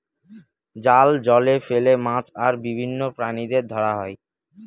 জাল জলে ফেলে মাছ আর বিভিন্ন প্রাণীদের ধরা হয়